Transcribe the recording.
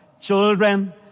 Children